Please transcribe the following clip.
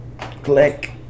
Click